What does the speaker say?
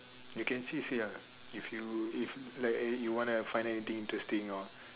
you can still say ah if you if like you wanna find anything interesting or